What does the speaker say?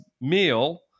meal